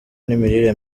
n’imirire